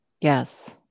Yes